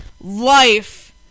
life